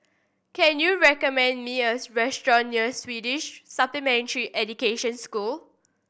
can you recommend me a restaurant near Swedish Supplementary Education School